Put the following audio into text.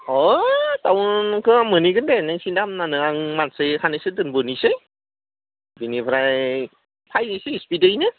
अ टाउनखो मोनहैगोन दे नों सिन्था खालामनो नाङा नो आं मानसि सानैसो दोनबोनिसै बिनिफ्राय थांनोसै स्पिडैनो